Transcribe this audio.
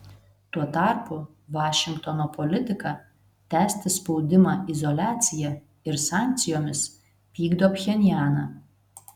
tuo tarpu vašingtono politika tęsti spaudimą izoliacija ir sankcijomis pykdo pchenjaną